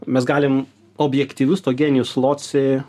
mes galim objektyvius to genijus loci